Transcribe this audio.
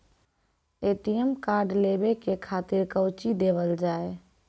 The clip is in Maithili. ए.टी.एम कार्ड लेवे के खातिर कौंची देवल जाए?